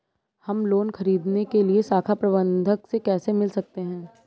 हम लोन ख़रीदने के लिए शाखा प्रबंधक से कैसे मिल सकते हैं?